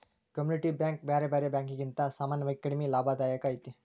community bank ಬ್ಯಾರೆ ಬ್ಯಾರೆ ಬ್ಯಾಂಕಿಕಿಗಿಂತಾ ಸಾಮಾನ್ಯವಾಗಿ ಕಡಿಮಿ ಲಾಭದಾಯಕ ಐತಿ